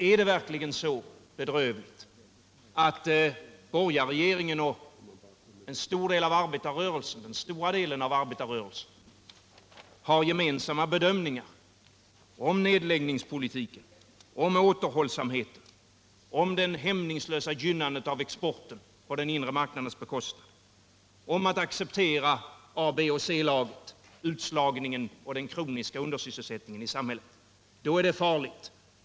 Är det verkligen så bedrövligt att borgarregeringen och den stora delen av arbetarrörelsen har gemensamma bedömningar om nedläggningspolitiken, om återhållsamheten, om det hämningslösa gynnandet av exporten på den inre marknadens bekostnad, om att man skall acceptera A-, B och C-lag, om utslagningen och den kroniska undersvysselsättningen i samhället — då är det farligt.